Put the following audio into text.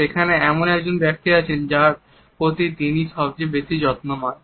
সেখানে এমন একজন ব্যক্তিই আছেন যার প্রতি তিনি সবচেয়ে বেশি যত্নবান